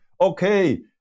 okay